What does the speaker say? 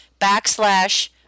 backslash